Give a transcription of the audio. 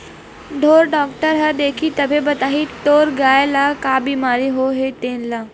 ढ़ोर डॉक्टर ह देखही तभे बताही तोर गाय ल का बिमारी होय हे तेन ल